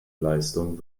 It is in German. leistung